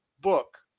book